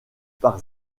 par